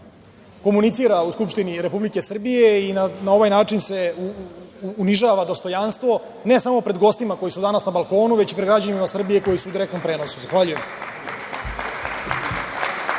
komunicira u Skupštini Republike Srbije. Na ovaj način se unižava dostojanstvo ne samo pred gostima koji su danas na balkonu, već pred građanima Srbije koji su u direktnom prenosu. Zahvaljujem.